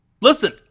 Listen